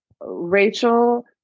rachel